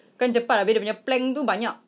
kan cepat habis dia punya plank tu banyak